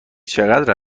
چقدر